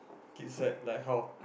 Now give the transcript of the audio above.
kids like like how